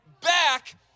back